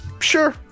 sure